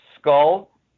skull